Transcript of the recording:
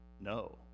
no